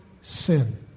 sin